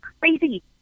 crazy